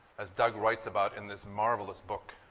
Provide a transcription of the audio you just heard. as doug writes about in this marvelous book,